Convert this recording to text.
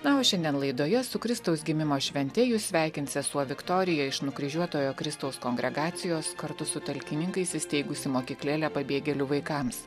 na o šiandien laidoje su kristaus gimimo švente jus sveikins sesuo viktorija iš nukryžiuotojo kristaus kongregacijos kartu su talkininkais įsteigusi mokyklėlę pabėgėlių vaikams